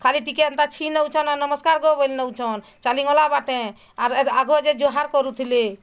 ଖାଲି ଟିକେ ଏନ୍ତା ଛିଁ ନଉଛନ୍ ଆର୍ ନମସ୍କାର୍ ଗୋ ବୋଲି ନଉଛନ୍ ଚାଲିଗଲା ବାଟେଁ ଆଘ ଯେ ଜୁହାର୍ କରୁଥିଲେ